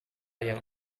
yang